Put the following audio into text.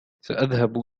سأذهب